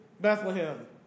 Bethlehem